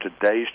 today's